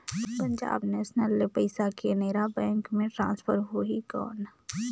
Punjab national ले पइसा Canara bank मे ट्रांसफर होहि कौन?